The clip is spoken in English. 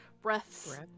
Breaths